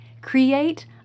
Create